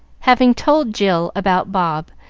having told jill about bob,